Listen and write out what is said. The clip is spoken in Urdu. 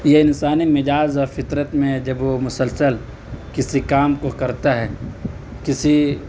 یہ انسانی مجاز اور فطرت میں ہے جب وہ مسلسل کسی کام کو کرتا ہے کسی